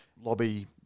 lobby